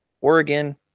Oregon